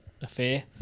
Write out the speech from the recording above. affair